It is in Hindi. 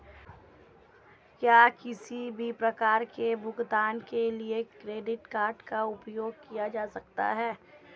क्या किसी भी प्रकार के भुगतान के लिए क्रेडिट कार्ड का उपयोग किया जा सकता है?